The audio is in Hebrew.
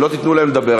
שאם לא תיתנו להם לדבר,